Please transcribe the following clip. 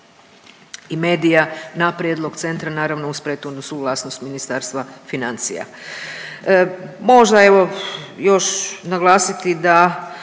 i medija na prijedlog centra, naravno uz prethodnu suglasnost Ministarstva financija. Možda evo, još naglasiti da